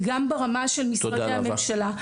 גם ברמה של משרדי הממשלה.